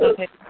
Okay